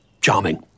charming